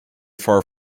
far